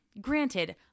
Granted